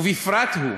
ובפרט הוא,